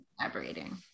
Collaborating